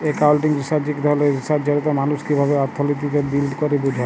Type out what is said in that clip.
accounting research ইক ধরলের research যেটতে মালুস কিভাবে অথ্থলিতিতে ডিল ক্যরে বুঝা